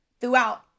throughout